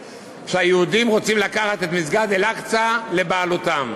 שהיהודים רוצים לקחת את מסגד אל-אקצא לבעלותם.